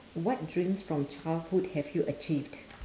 what dreams from childhood have you achieved